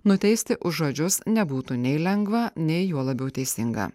nuteisti už žodžius nebūtų nei lengva nei juo labiau teisinga